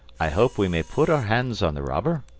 i hope we may put our hands on the robber.